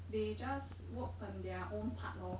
they just work on their own part lor